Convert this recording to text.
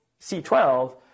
C12